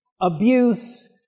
abuse